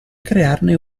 crearne